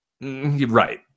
Right